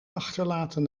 achterlaten